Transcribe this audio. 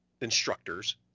instructors